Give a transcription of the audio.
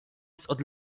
sprawy